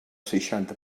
seixanta